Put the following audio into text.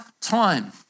time